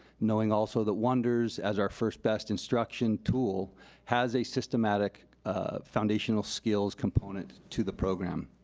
knowing also, that wonders, as our first best instruction tool has a systematic foundational skills component to the program.